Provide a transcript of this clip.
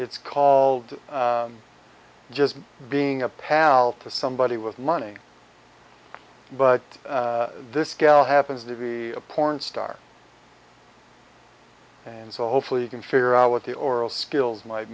it's called just being a pal to somebody with money but this gal happens to be a porn star and so hopefully you can figure out what the oral skills might